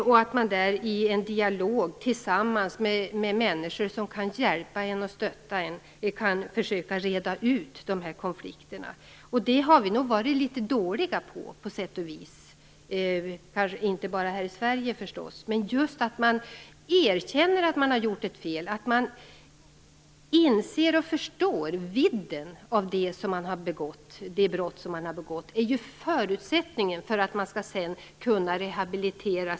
Där kan man i en dialog, tillsammans med människor som kan hjälpa och stötta, försöka reda ut konflikterna. Det har vi nog på sätt och vis varit litet dåliga på, kanske inte bara här i Sverige. Just att man erkänner att man har gjort ett fel, att man inser och förstår vidden av det brott som man har begått är ju en förutsättning för att man skall kunna rehabiliteras.